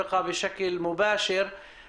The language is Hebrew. המתחחלת של הוועדה הבין-משרדית מריה,